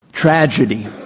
Tragedy